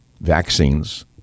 vaccines